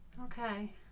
Okay